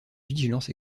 vigilance